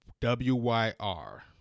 W-Y-R